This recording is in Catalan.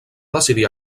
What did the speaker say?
decidir